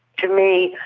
to me,